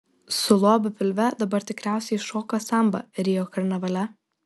su lobiu pilve dabar tikriausiai šoka sambą rio karnavale